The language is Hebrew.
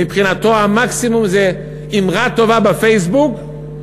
מבחינתו המקסימום זה אמרה טובה בפייסבוק,